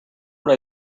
what